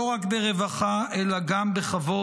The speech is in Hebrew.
לא רק ברווחה, אלא גם בכבוד.